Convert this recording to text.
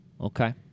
Okay